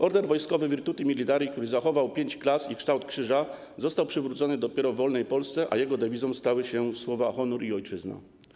Order Wojskowy Virtuti Militari, który zachował pięć klas i kształt krzyża, został przywrócony dopiero w wolnej Polsce, a jego dewizą stały się słowa: Honor i Ojczyzna.